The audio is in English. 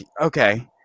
okay